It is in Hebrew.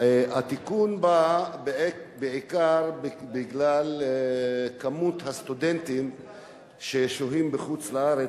התיקון בא בעיקר בגלל מספר הסטודנטים ששוהים בחוץ-לארץ,